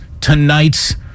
tonight's